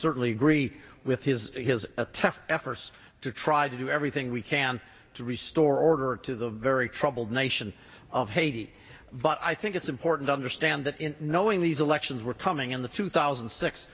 certainly agree with his his attempt efforts to try to do everything we can to restore order to the very troubled nation of haiti but i think it's important to understand that in knowing these elections were coming in the two thousand